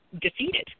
defeated